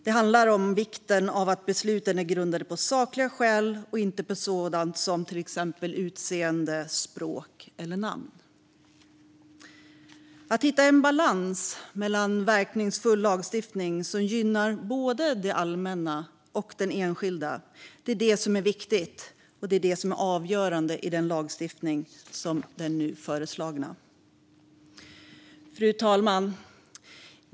Det handlar om vikten av att besluten är grundade på sakliga skäl och inte på sådant som till exempel utseende, språk eller namn. Att hitta en balans mellan verkningsfull lagstiftning som gynnar både det allmänna och den enskilda är det som är viktigt, och det är detta som är avgörande i lagstiftning som den nu föreslagna. Fru talman!